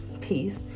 peace